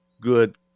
good